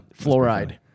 Fluoride